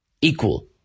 equal